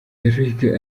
dereck